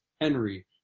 Henry